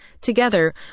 Together